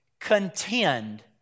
contend